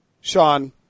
Sean